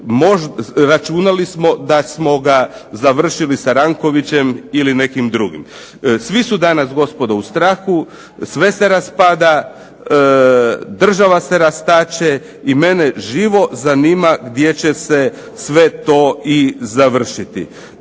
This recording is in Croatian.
računali smo da smo ga završili sa Rankovićem ili nekim drugim. Svi su danas gospodo u strahu, sve se raspada, država se rastače i mene živo zanima gdje će se sve to i završiti.